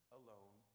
alone